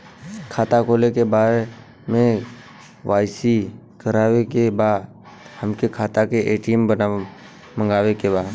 खाता खोले के बा के.वाइ.सी करावे के बा हमरे खाता के ए.टी.एम मगावे के बा?